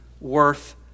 worth